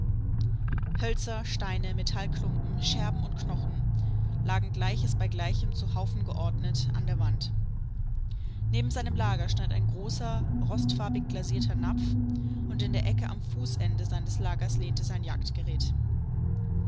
steine metallklumpen scherben und knochen lagen gleiches bei gleichem zu haufen geordnet an der wand neben seinem lager stand ein großer rostfarbig glasierter napf und in der ecke am fußende seines lagers lehnte sein